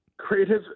Creative